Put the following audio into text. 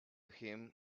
him